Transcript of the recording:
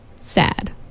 SAD